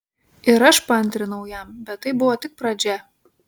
ir aš paantrinau jam bet tai buvo tik pradžia